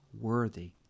worthy